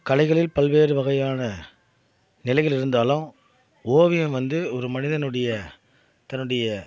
கலைகளில் பல்வேறு வகையான நிலைகள் இருந்தாலும் ஓவியம் வந்து ஒரு மனிதனுடைய தன்னுடைய